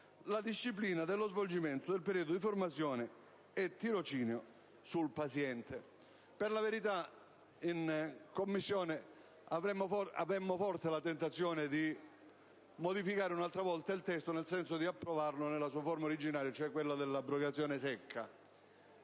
la disciplina dello svolgimento del periodo di formazione e tirocinio sul paziente. A dire il vero, in Commissione è stata forte la tentazione di modificare ancora il testo nel senso di approvarlo nella sua forma originaria, quella che prevede l'abrogazione secca.